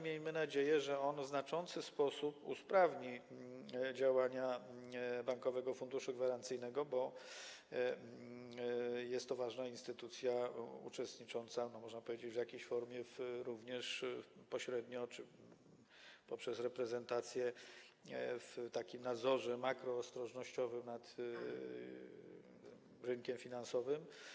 Miejmy nadzieję, że w znaczący sposób usprawni to działania Bankowego Funduszu Gwarancyjnego, bo jest to ważna instytucja uczestnicząca, można powiedzieć, w jakiejś formie, pośrednio czy poprzez reprezentację, w nadzorze makroostrożnościowym nad rynkiem finansowym.